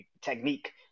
technique